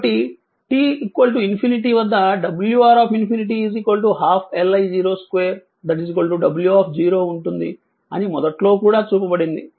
కాబట్టి t ∞ వద్ద wR ∞ 12 L I0 2 w ఉంటుంది అని మొదట్లో కూడా చూపబడింది